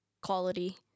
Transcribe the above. quality